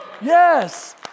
Yes